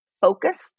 focused